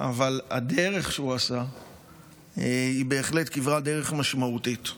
אבל הדרך שהוא עשה היא בהחלט כברת דרך משמעותית.